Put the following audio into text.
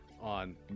on